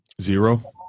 Zero